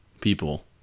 people